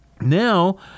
Now